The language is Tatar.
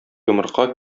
йомырка